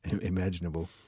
imaginable